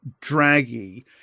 draggy